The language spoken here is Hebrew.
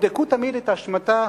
יבדקו תמיד את אשמתה